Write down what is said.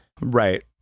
Right